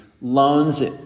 loans